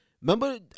Remember